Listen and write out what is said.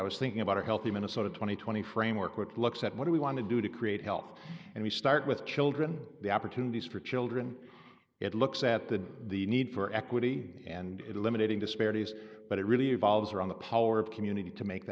i was thinking about a healthy minnesota twenty twenty framework which looks at what do we want to do to create health and we start with children the opportunities for children it looks at the the need for equity and eliminating disparities but it really evolves around the power of community to make